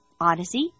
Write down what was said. Odyssey